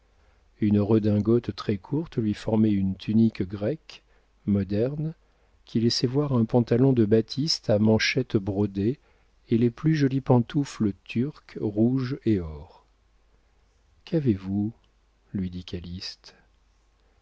une redingote très courte lui formait une tunique grecque moderne qui laissait voir un pantalon de batiste à manchettes brodées et les plus jolies pantoufles turques rouge et or qu'avez-vous lui dit